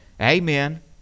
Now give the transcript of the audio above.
Amen